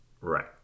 Right